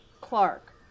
Clark